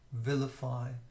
vilify